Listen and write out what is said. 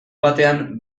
baten